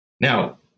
Now